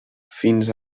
fins